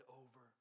over